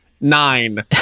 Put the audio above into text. nine